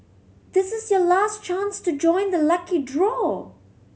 this is your last chance to join the lucky draw